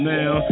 Now